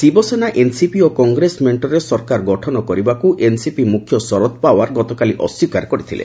Shiv Sena NCP ଓ କଂଗ୍ରେସ ମେଣ୍ଟରେ ସରକାର ଗଠନ କରିବାକୁ ଏନ୍ସିପି ମୁଖ୍ୟ ଶରଦ ପାୱାର ଗତକାଲି ଅସ୍ତ୍ରୀକାର କରିଥିଲେ